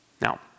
Now